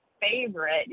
favorite